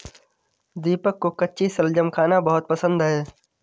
दीपक को कच्ची शलजम खाना बहुत पसंद है